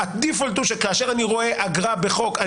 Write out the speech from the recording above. ברירת המחדל היא שכאשר אני רואה אגרה בחוק,